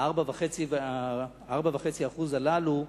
ה-4.5% הללו,